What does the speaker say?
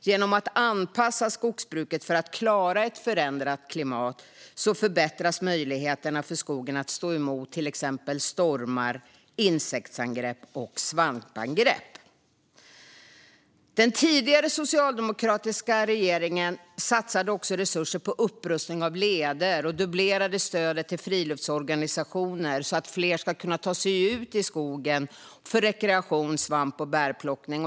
Genom att anpassa skogsbruket för att klara ett förändrat klimat förbättras möjligheterna för skogen att stå emot till exempel stormar, insektsangrepp och svampangrepp. Den tidigare socialdemokratiska regeringen satsade resurser på upprustning av leder och dubblerade stödet till friluftsorganisationer så att fler ska kunna ta sig ut i skogen för rekreation och svamp och bärplockning.